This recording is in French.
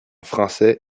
français